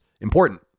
important